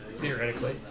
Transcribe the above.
theoretically